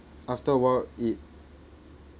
after awhile it